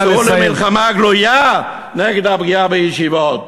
צאו למלחמה גלויה נגד הפגיעה בישיבות".